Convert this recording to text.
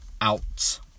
Out